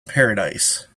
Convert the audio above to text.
paradise